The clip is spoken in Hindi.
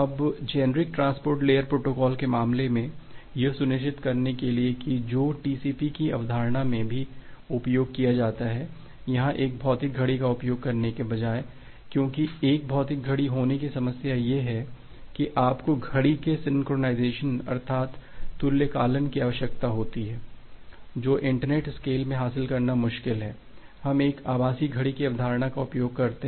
अब जेनेरिक ट्रांसपोर्ट लेयर प्रोटोकॉल के मामले में यह सुनिश्चित करने के लिए कि जो टीसीपी की अवधारणा में भी उपयोग किया जाता है यहाँ एक भौतिक घड़ी का उपयोग करने के बजाय क्योंकि एक भौतिक घड़ी होने की समस्या यह है कि आपको घड़ी के सिंक्रोनाइजेशन अर्थात तुल्यकालन की आवश्यकता होती है जो इंटरनेट स्केल में हासिल करना मुश्किल है हम एक आभासी घड़ी की अवधारणा का उपयोग करते हैं